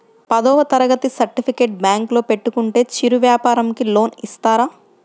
పదవ తరగతి సర్టిఫికేట్ బ్యాంకులో పెట్టుకుంటే చిరు వ్యాపారంకి లోన్ ఇస్తారా?